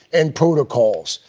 and protocols.